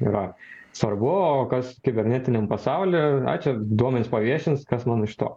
yra svarbu o kas kibernetiniam pasauly aj čia duomenis paviešins kas man iš to